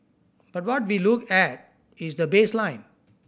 but what we look at is the baseline